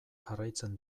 jarraitzen